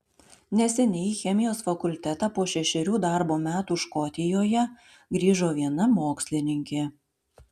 neseniai į chemijos fakultetą po šešerių darbo metų škotijoje grįžo viena mokslininkė